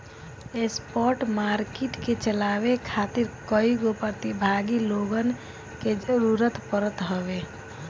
spot market के चलावे खातिर कईगो प्रतिभागी लोगन के जरूतर पड़त हवे